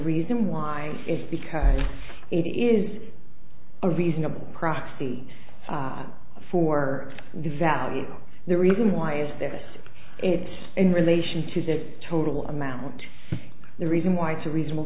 reason why is because it is a reasonable proxy for the value of the reason why is this it in relation to that total amount the reason why it's a reasonable